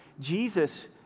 Jesus